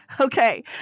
Okay